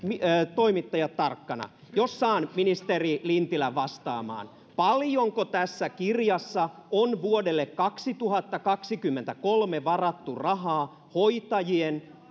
toimittajat tarkkana jos saan ministeri lintilän vastaamaan paljonko tässä kirjassa on vuodelle kaksituhattakaksikymmentäkolme varattu rahaa hoitajien